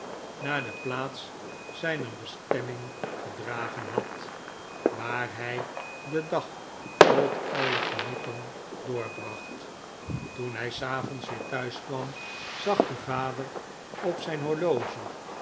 naar de plaats zijner bestemming gedragen had waar hij den dag tot aller genoegen doorbracht toen hij s avonds weer thuis kwam zag de vader op zijn horloge